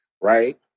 right